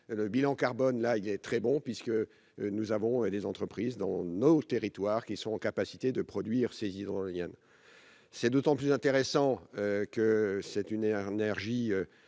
le bilan carbone là il est très bon, puisque nous avons et les entreprises dans nos territoires qui sont en capacité de produire ces hydroliennes c'est d'autant plus intéressant que c'est une et